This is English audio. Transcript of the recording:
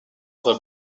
other